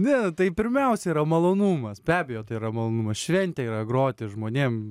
ne tai pirmiausia yra malonumas be abejo tai yra malonumas šventė yra groti žmonėm